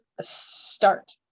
start